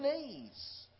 knees